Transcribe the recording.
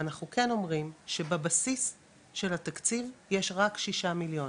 אנחנו כן אומרים שבבסיס של התקציב יש רק ששה מיליון,